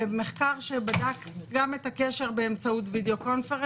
ומחקר שבדק גם את הקשר באמצעות Video Conference.